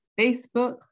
Facebook